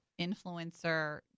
influencer